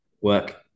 work